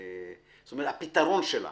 כלומר הפתרון שלה